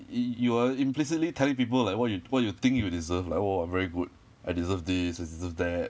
y~ you are implicitly telling people like what you what you think you deserve like oh I'm very good I deserve this this this this that